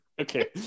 Okay